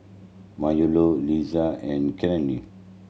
Marylou Lisha and Cleola